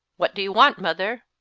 what do you want, mother?